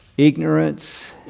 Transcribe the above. Ignorance